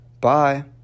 Bye